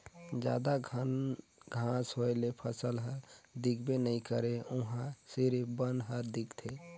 जादा घन घांस होए ले फसल हर दिखबे नइ करे उहां सिरिफ बन हर दिखथे